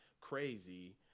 crazy